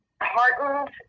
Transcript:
heartened